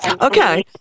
Okay